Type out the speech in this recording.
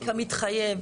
כמתחייב,